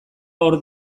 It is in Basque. hor